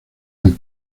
del